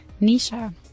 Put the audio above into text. Nisha